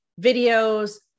videos